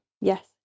yes